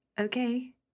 okay